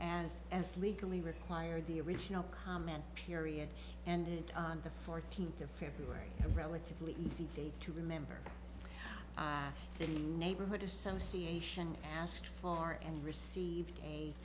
as as legally require the original comment period ended on the fourteenth of february relatively easy day to remember the neighborhood association asked for and received